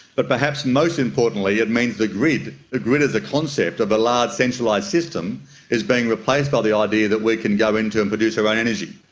but perhaps most importantly it means the grid grid as a concept of a large centralised system is being replaced by the idea that we can go into and produce our own energy.